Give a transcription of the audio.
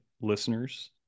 listeners